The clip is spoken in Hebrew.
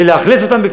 ולאכלס אותם,